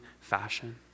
fashion